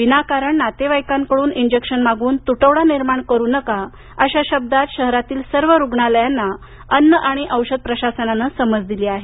विनाकारण नातेवाइकांकडून इंजेक्शन मागवून तुटवडा निर्माण करू नका अशा शब्दात शहरातील सर्व रुग्णालयांना अन्न आणि औषध प्रशासनाने समज दिली आहे